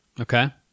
Okay